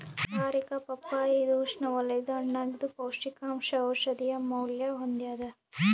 ಕಾರಿಕಾ ಪಪ್ಪಾಯಿ ಇದು ಉಷ್ಣವಲಯದ ಹಣ್ಣಾಗಿದ್ದು ಪೌಷ್ಟಿಕಾಂಶ ಔಷಧೀಯ ಮೌಲ್ಯ ಹೊಂದ್ಯಾದ